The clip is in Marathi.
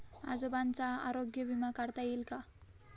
आजोबांचा आरोग्य विमा काढता येईल का?